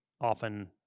often